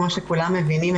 כמו שכולם מבינים,